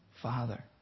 Father